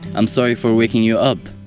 i'm sorry for waking you up.